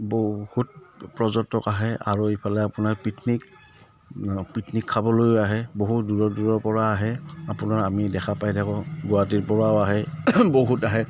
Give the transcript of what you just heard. বহুত পৰ্যটক আহে আৰু ইফালে আপোনাৰ পিকনিক পিকনিক খাবলৈও আহে বহুত দূৰৰ দূৰৰ পৰা আহে আপোনাৰ আমি দেখা পাই থাকোঁ গুৱাহাটীৰ পৰাও আহে বহুত আহে